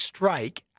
Strike